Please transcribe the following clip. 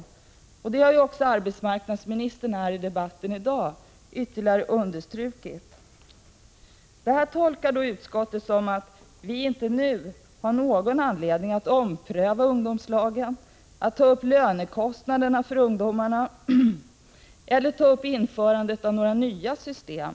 Detta har arbetsmarknadsministern ytterligare understrukit i debatten i dag. Utskottet tolkar detta så att vi inte nu har anledning att ompröva 137 verksamheten med ungdomslag eller att behandla frågan om lönekostnaderna för ungdomarna eller införandet av några nya system.